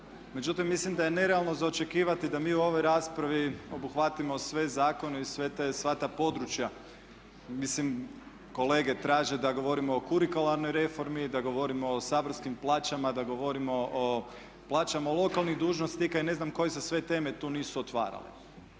Međutim mislim da je nerealno za očekivati da mi u ovoj raspravi obuhvatimo sve zakone i sva ta područja. Mislim kolege traže da govorimo o kurikularnoj reformi, da govorimo o saborskim plaćama, da govorimo o plaćama lokalnih dužnosnika i ne znam koje se sve teme tu nisu otvarale.